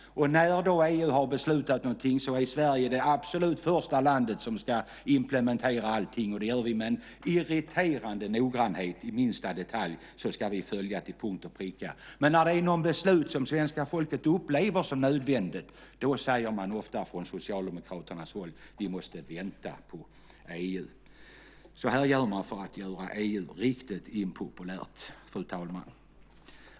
När EU har beslutat något är Sverige det absolut första land som implementerar allting. Det gör vi med en irriterande noggrannhet in i minsta detalj. När det är ett beslut som svenska folket upplever som nödvändigt säger man ofta från Socialdemokraternas håll: Vi måste vänta på EU. Så gör man för att göra EU riktigt impopulärt, fru talman.